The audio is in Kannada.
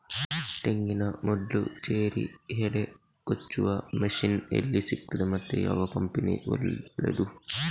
ತೆಂಗಿನ ಮೊಡ್ಲು, ಚೇರಿ, ಹೆಡೆ ಕೊಚ್ಚುವ ಮಷೀನ್ ಎಲ್ಲಿ ಸಿಕ್ತಾದೆ ಮತ್ತೆ ಯಾವ ಕಂಪನಿ ಒಳ್ಳೆದು?